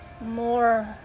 more